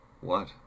What